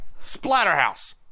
Splatterhouse